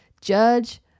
judge